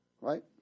Right